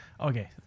Okay